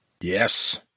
Yes